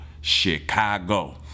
Chicago